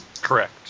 Correct